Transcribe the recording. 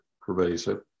pervasive